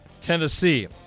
Tennessee